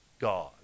God